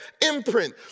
imprint